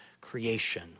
creation